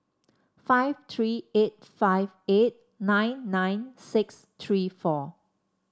five three eight five eight nine nine six three four